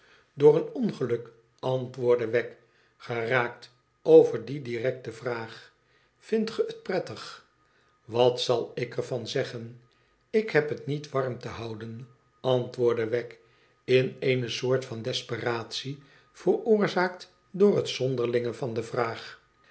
door een ongeluk antwoordde wegg geraakt over die directe vraag vindt ge t prettig wat z ik ervan zeggen ik heb het niet warm te houden antwoordde wegg in eene soort van desperatie veroorzaakt door het zonderlinge van de vraag